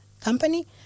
company